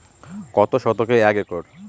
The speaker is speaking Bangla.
কত শতকে এক একর?